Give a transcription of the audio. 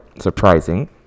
surprising